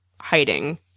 hiding